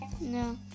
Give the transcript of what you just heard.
No